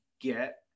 get